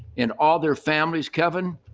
and all their families, kevin,